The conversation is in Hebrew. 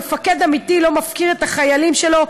מפקד אמיתי לא מפקיר את החיילים שלו.